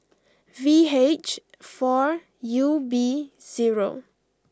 V H four U B zero